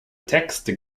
texte